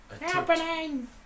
Happening